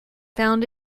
found